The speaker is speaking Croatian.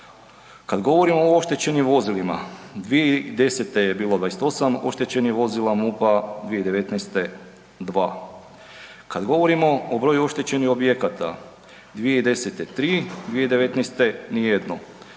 kad govorimo o oštećenim vozilima 2010 je bilo 28 oštećenih vozila MUP-a, 2019. 2, kad govorimo o broju oštećenih objekata 2010. 3, 2019. ni jedno,